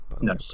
No